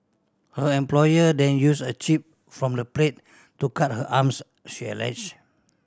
her employer then use a chip from the plate to cut her arms she allege